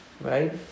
Right